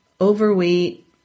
overweight